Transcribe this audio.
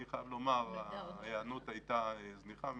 אני חייב לומר שההיענות הייתה זניחה.